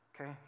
okay